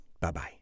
Bye-bye